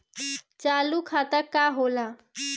चालू खाता का होला?